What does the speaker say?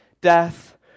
death